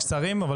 הדובר האחרון,